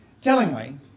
Tellingly